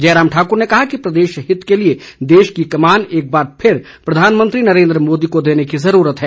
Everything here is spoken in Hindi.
जयराम ठाक्र ने कहा कि प्रदेश हित के लिए देश की कमान एक बार फिर प्रधानमंत्री नरेन्द्र मोदी को देने की जरूरत है